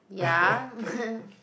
ya